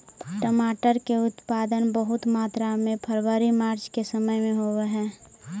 टमाटर के उत्पादन बहुत मात्रा में फरवरी मार्च के समय में होवऽ हइ